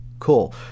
cool